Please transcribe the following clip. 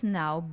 now